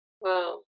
Wow